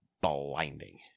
blinding